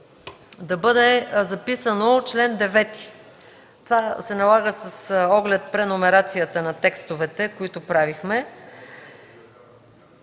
да бъде записано чл. 9. Това се налага с оглед преномерацията на текстовете, която правихме.